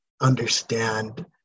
understand